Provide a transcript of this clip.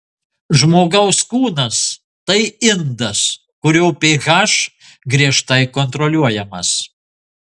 žmogaus kūnas tai indas kurio ph griežtai kontroliuojamas